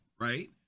right